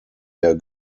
der